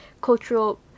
cultural